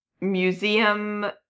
museum